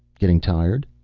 getting tired?